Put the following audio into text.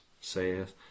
saith